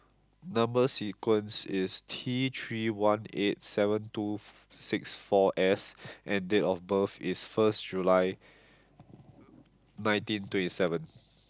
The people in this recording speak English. number sequence is T three one eight seven two six four S and date of birth is first June nineteen twenty seven